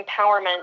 empowerment